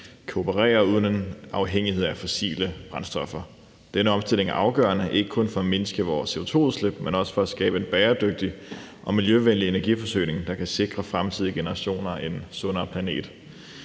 operere uden afhængighed af fossile brændstoffer. Denne omstilling er afgørende ikke kun for at mindske vores CO2-udslip, men også for at skabe en bæredygtig og miljøvenlig energiforsyning, der kan sikre fremtidige generationer en sundere planet.